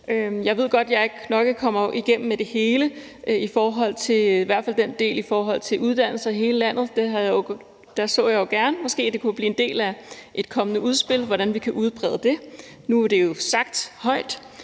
Jeg ved godt, at jeg nok ikke kommer igennem med det hele, i hvert fald i forhold til den del, der handler om uddannelser i hele landet, og der så jeg jo måske gerne, at det kunne blive en del af et kommende udspil, hvordan vi kan udbrede det, og nu er det jo blevet sagt højt.